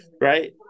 Right